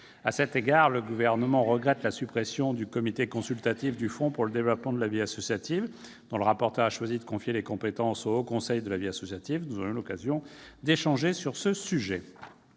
À cet égard, le Gouvernement regrette le sort réservé au comité consultatif du Fonds pour le développement de la vie associative, dont le rapporteur a choisi de confier les compétences au Haut Conseil à la vie associative. Nous avons eu l'occasion d'échanger sur ce sujet.